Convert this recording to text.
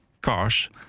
cars